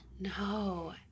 No